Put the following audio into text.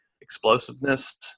explosiveness